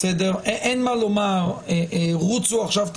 אין מה לומר: רוצו עכשיו,